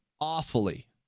awfully